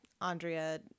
Andrea